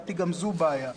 לדעתי גם זו בעיה לדעתי,